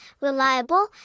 reliable